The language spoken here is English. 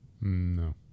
No